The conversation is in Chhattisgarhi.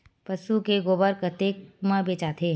पशु के गोबर कतेक म बेचाथे?